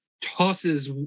tosses